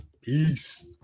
Peace